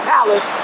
Palace